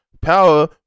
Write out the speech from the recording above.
Power